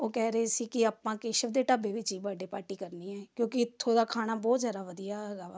ਉਹ ਕਹਿ ਰਹੇ ਸੀ ਕਿ ਆਪਾਂ ਕੇਸ਼ਵ ਦੇ ਢਾਬੇ ਵਿੱਚ ਹੀ ਬਰਡੇ ਪਾਰਟੀ ਕਰਨੀ ਹੈ ਕਿਉਂਕਿ ਇੱਥੋਂ ਦਾ ਖਾਣਾ ਬਹੁਤ ਜ਼ਿਆਦਾ ਵਧੀਆ ਹੈਗਾ ਵਾ